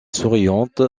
souriante